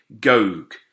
Gog